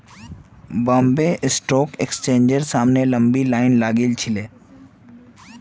Bombay stock एक्सचेंजेर सामने लंबी लाइन लागिल छिले